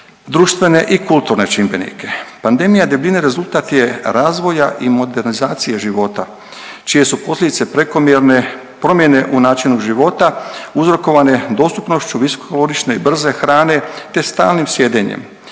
društvene i kulturne čimbenike. Pandemija debljine rezultat je razvoj i modernizacije života čije su posljedice prekomjerne promjene u načinu života uzrokovane dostupnošću visokokalorične i brze hrane, te stalnim sjedenjem.